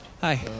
Hi